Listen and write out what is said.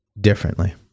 differently